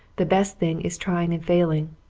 the best thing is trying and failing.